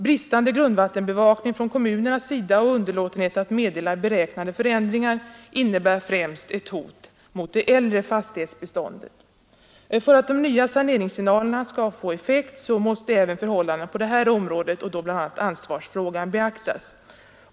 Bristande grundvattenbevakning från kommunernas sida och underlåtenhet att meddela beräknade förändringar innebär ett hot främst mot det För att de nya saneringssignalerna skall få effekt måste även förhållanden som berör grundvattnet beaktas, bl.a. ansvarsfrågan.